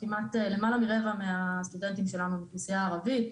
למעלה מ-1/4 מהסטודנטים שלנו הם מהאוכלוסייה הערבית,